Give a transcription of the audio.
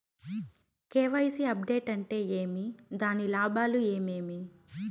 KYC update అంటే ఏమి? దాని లాభాలు ఏమేమి?